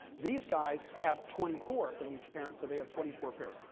these guys have twenty four from each parent. so they have twenty four pairs.